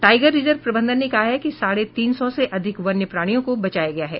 tiger reserve प्रबंधन ने कहा है कि साढ़े तीन सौ से अधिक वन्य प्राणियों को बचाया गया है